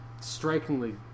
strikingly